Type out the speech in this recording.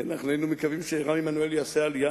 אנחנו היינו מקווים שרם עמנואל יעשה עלייה.